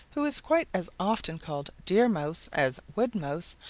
who is quite as often called deer mouse as wood mouse,